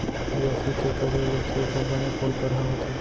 बियासी के करे ले खेत ह बने पोलपरहा होथे